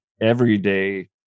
everyday